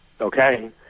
okay